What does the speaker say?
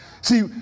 See